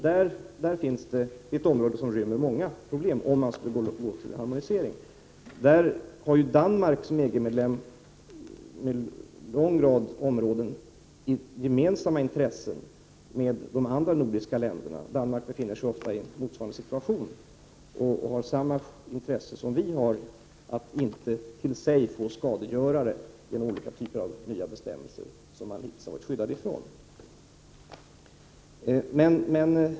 Det är ett område som rymmer många problem om man skulle söka få till stånd en harmonisering. Där har Danmark som EG-medlem på en lång rad områden gemensamma intressen med de andra nordiska länderna. Danmark befinner sig ofta i motsvarande situation och har samma intresse som vi av att inte genom olika typer av nya bestämmelser till sig få skadegörare som man hittills varit skyddad ifrån.